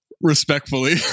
respectfully